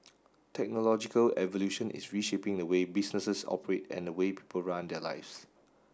technological evolution is reshaping the way businesses operate and the way people run their lives